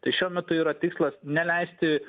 tai šiuo metu yra tikslas neleisti